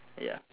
ya